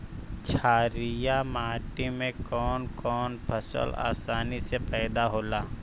छारिया माटी मे कवन कवन फसल आसानी से पैदा होला?